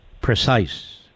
precise